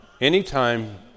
anytime